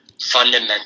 fundamental